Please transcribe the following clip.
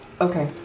Okay